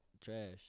trash